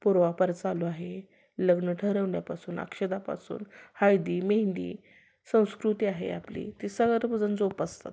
पूर्वापार चालू आहे लग्न ठरवण्यापासून अक्षदापासून हळदी मेहेंदी संस्कृती आहे आपली ती सर्व जण जोपासतात